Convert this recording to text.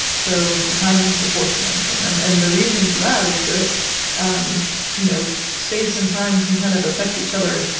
so time's the fourth dimension. and and the reason for that is that um you know space and time can kind of affect each other,